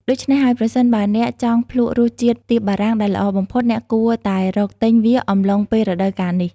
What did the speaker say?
ដូច្នេះហើយ ប្រសិនបើអ្នកចង់ភ្លក់រសជាតិទៀបបារាំងដែលល្អបំផុត អ្នកគួរតែរកទិញវាអំឡុងពេលរដូវកាលនេះ។